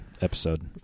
episode